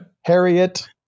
Harriet